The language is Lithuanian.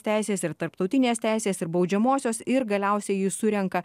teisės ir tarptautinės teisės ir baudžiamosios ir galiausiai jis surenka